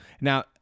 Now